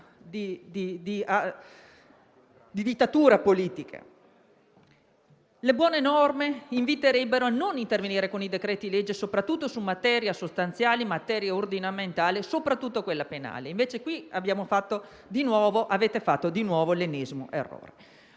di dittatura politica. Le buone norme inviterebbero a non intervenire con i decreti-legge soprattutto su materie sostanziali, materie ordinamentali, e soprattutto quella penale, e invece qui avete fatto di nuovo l'ennesimo errore.